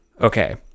Okay